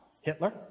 Hitler